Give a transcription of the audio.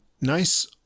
nice